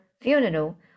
funeral